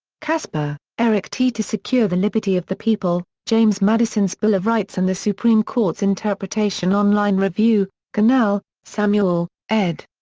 kasper, eric t. to secure the liberty of the people james madison's bill of rights and the supreme court's interpretation online review kernell, samuel, ed.